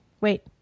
Wait